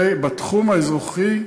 בתחום האזרחי,